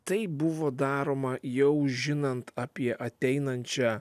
tai buvo daroma jau žinant apie ateinančią